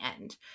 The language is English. end